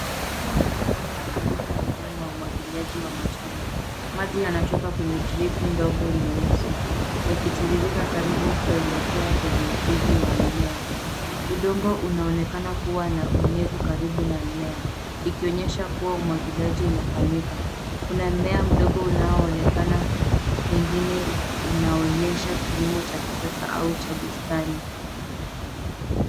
Huu ni mtazamo wa karibu wa mfumo wa umwagiliaji wa matone. Maji yanatoka kwenye dripu ndogo nyeusi yakitiririka karibu kuelekea kwenye mzizi wa mmea. Udongo unaonekana kuwa na unyevu karibu na mmea ikionyesha kuwa umwagiliaji unafanyika. Kuna mmea mdogo unaoonekana pengine unaonyesha kilimo cha kisasa au cha bustani.